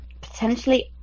potentially